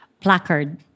placard